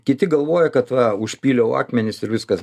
kiti galvoja kad va užpyliau akmenis ir viskas